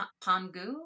pangu